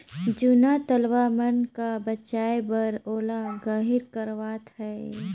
जूना तलवा मन का बचाए बर ओला गहिर करवात है